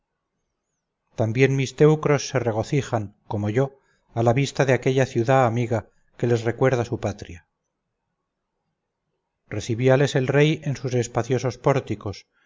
también mis teucros se regocijan como yo a la vista de aquella ciudad amiga que les recuerda su patria recibíales el rey en sus espaciosos pórticos